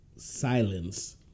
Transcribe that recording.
silence